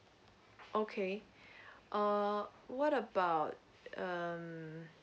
okay err okay what about it um